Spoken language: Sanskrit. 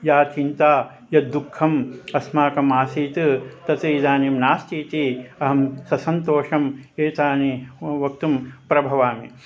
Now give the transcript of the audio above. या चिन्ता यद्दुःखम् अस्माकम् आसीत् तत् इदानीं नास्ति इति अहं ससन्तोषम् एतानि वा वक्तुं प्रभवामि